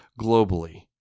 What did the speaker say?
globally